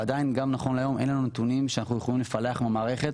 ועדיין נכון להיום אין נתונים שאפשר לפלח מהמערכת